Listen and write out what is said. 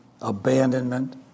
abandonment